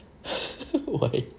why